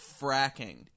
Fracking